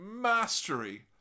mastery